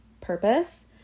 purpose